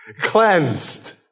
cleansed